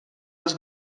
els